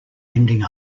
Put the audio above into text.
ending